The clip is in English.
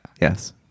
Yes